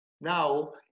now